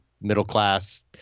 middle-class